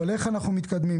אבל איך אנחנו מתקדמים,